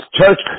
church